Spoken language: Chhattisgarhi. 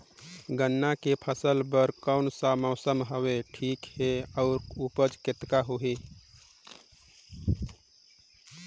गन्ना के फसल बर कोन सा मौसम हवे ठीक हे अउर ऊपज कतेक होही?